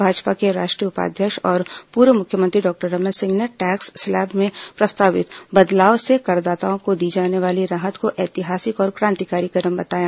भाजपा के राष्ट्रीय उपाध्यक्ष और पूर्व मुख्यमंत्री डॉक्टर रमन सिंह ने टैक्स स्लैब में प्रस्तावित बदलाव से करदाताओं को दी जाने वाली राहत को ऐतिहासिक और क्रांतिकारी कदम बताया